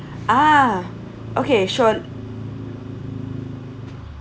ah okay sure